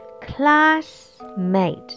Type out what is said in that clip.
Classmate